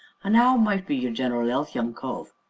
and ow might be your general ealth, young cove?